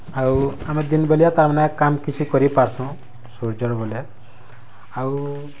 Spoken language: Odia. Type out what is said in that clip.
ଆଉ ଆମେ ଦିନ ବେଲିଆ ତାମାନେ କାମ୍ କିଛି କରି ପାର୍ସୁ ସୂର୍ଯ୍ୟର ବେଲେ ଆଉ